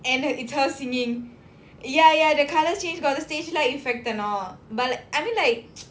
and with her singing ya ya the colour change got the stage light effect and all but I mean like